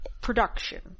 production